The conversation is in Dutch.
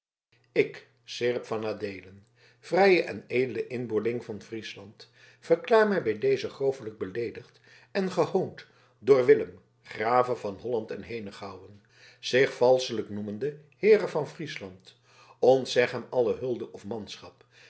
ik seerp van adeelen vrije en edele inboorling van friesland verklaar mij bij dezen grovelijk beleedigd en gehoond door willem grave van holland en henegouwen zich valschelijk noemende heere van friesland ontzeg hem alle hulde of manschap